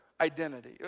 identity